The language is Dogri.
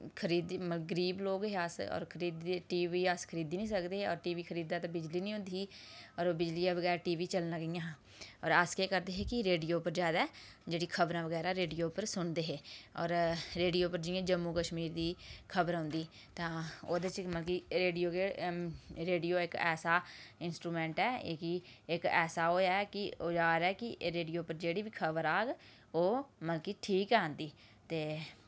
मतलब गरीब लोग हे अस और खरीदी टीवी अस खरीदी निं सकदे हे टीवी खरीदेआ ते बिजली निं होंदी ही और बिजलियै बगैर टीव चलना कि'यां हां और अस केह् करदे हे कि रेडियो पर जैदा जेह्ड़ा खबरां बगैरा रेडियो पर सुनदे हे और रेडियो पर जि'यां जम्मू कश्मीर दी खबर औंदा ते ओह्दे च बी मतलब रेडियो इक ऐसा इंस्ट्रूमैंट ऐ कि इक ऐसा ओह् ऐ कि औज़ार ऐ कि रेडिओ पर जेह्ड़ी बी खबर औग ओह् मतलब कि ठीक गै औंदी ते